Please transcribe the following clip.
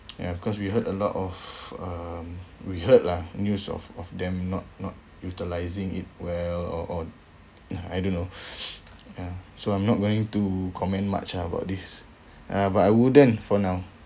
and of course we heard a lot of um we heard lah news of of them not not utilising it well or or I don't know ya so I'm not going to comment much ah about this ya but I wouldn't for now